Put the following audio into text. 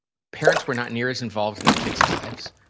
parents were not near as involved in their kids' lives.